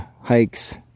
Hikes